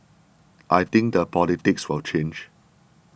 I think the politics will change